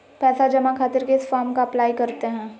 पैसा जमा खातिर किस फॉर्म का अप्लाई करते हैं?